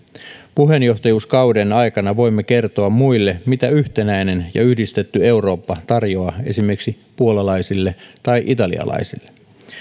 puheenjohtajuuskauden aikana voimme kertoa muille mitä yhtenäinen ja yhdistetty eurooppa tarjoaa esimerkiksi puolalaisille tai italialaisille